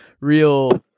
real